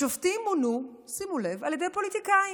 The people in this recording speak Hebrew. השופטים מונו, שימו לב, על ידי פוליטיקאים,